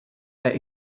that